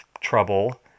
trouble